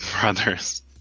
brothers